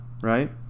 right